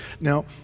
Now